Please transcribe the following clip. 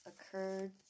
occurred